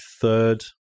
third